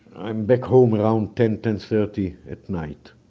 i'm back home around ten, ten-thirty at night.